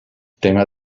tema